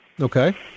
Okay